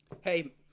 Hey